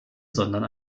sondern